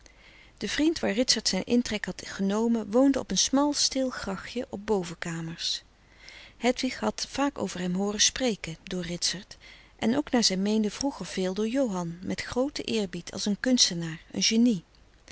de vriend waar ritsert zijn intrek had genomen woonde op een smal stil grachtje op boven kamers hedwig had vaak over hem hooren spreken door ritsert frederik van eeden van de koele meren des doods en ook naar zij meende vroeger veel door johan met grooten eerbied als een kunstenaar een genie